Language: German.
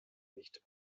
nicht